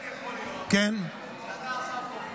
איך יכול להיות שאתה עכשיו מופיע